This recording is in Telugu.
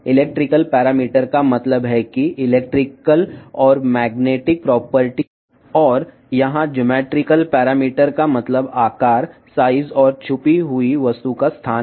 ఎలక్ట్రికల్ పరామితి అంటే విద్యుత్ మరియు అయస్కాంత లక్షణాలు మరియు ఇక్కడ రేఖాగణిత పరామితి అంటే దాచిన వస్తువు యొక్క ఆకారం పరిమాణం మరియు స్థానం